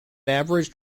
averaged